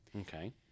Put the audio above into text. Okay